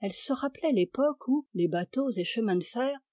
elle se rappelait l'époque où les bateaux et chemins de fer